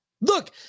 Look